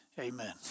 Amen